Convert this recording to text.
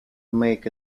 make